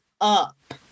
up